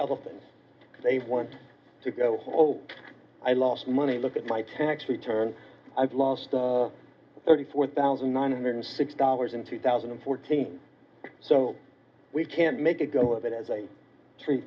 elephant they want to go i lost money look at my tax return i've lost thirty four thousand nine hundred six dollars in two thousand and fourteen so we can't make a go of it as a tree